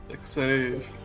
save